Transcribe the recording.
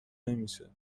نمیشه